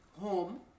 home